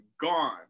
gone